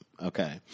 Okay